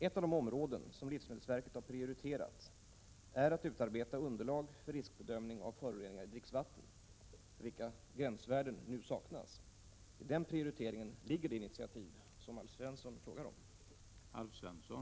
Ett av de områden som livsmedelsverket har prioriterat är att utarbeta underlag för riskbedömning av föroreningar i dricksvatten, för vilka gränsvärden nu saknas. I den prioriteringen ligger det initiativ som Alf Svensson frågar om.